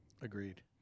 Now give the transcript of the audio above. Agreed